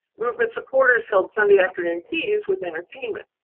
movement supporters held sunday afternoon teas with entertainment,